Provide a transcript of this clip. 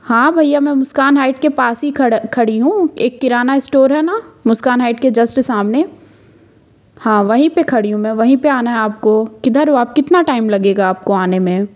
हाँ भैया मैं मुस्कान हाइट के पास ही खड़ा खड़ी हूँ एक किराना इस्टोर है ना मुस्कान हाइट के जस्ट सामने हाँ वहीं पर खड़ी हूँ मैं वहीं पर आना है आपको किधर हो आप कितना टाइम लगेगा आपको आने में